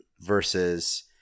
Versus